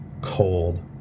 cold